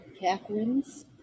Catherine's